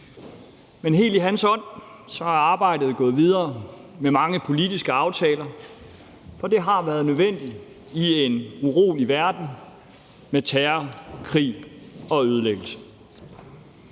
Men helt i hans ånd er arbejdet gået videre med mange politiske aftaler, for det har været nødvendigt i en urolig verden med terror, krig og ødelæggelse.